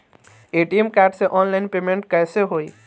ATM card से online payment कैसे होई?